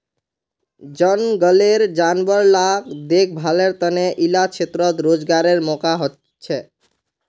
जनगलेर जानवर ला देख्भालेर तने इला क्षेत्रोत रोज्गारेर मौक़ा होछे